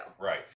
Right